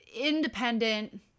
independent